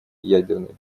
ядерной